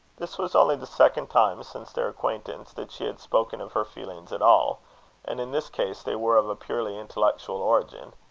this was only the second time since their acquaintance, that she had spoken of her feelings at all and in this case they were of a purely intellectual origin.